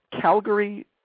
Calgary